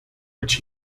which